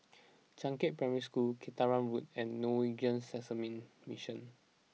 Changkat Primary School Kinta Road and Norwegian Seamen's Mission